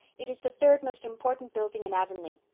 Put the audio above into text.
it is the third most important building in avonlea.